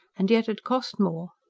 and yet had cost more.